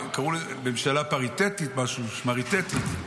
קראו לזה ממשלה פריטטית משהו, שמריטטית.